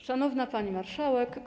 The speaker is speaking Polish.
Szanowna Pani Marszałek!